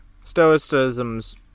stoicism's